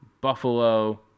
Buffalo